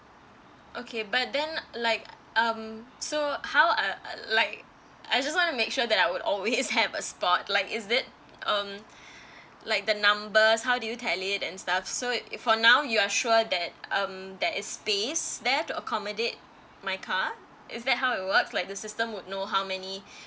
okay but then like um so how uh like I just want to make sure that I would always have a spot like is that um like the numbers how did you tally and stuff so it for now you are sure that um that is space there to accommodate my car is that how it works like the system would know how many